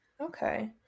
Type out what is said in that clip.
okay